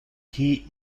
qui